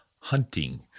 hunting